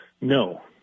No